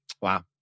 Wow